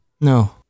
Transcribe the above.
No